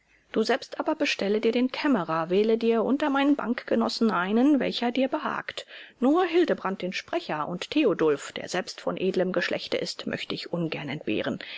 du selbst aber bestelle dir den kämmerer wähle dir unter meinen bankgenossen einen welcher dir behagt nur hildebrand den sprecher und theodulf der selbst von edlem geschlechte ist möchte ich ungern entbehren